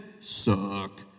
suck